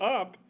up